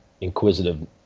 inquisitive